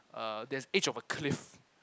there's edge of a cliff